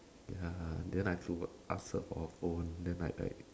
ya then I have to ask her for her phone then like like